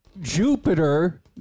Jupiter